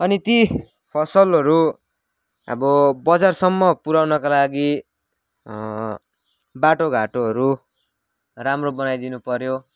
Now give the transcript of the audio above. अनि ती फसलहरू अब बजारसम्म पुराउनका लागि बाटो घाटोहरू राम्रो बनाइदिनु पर्यो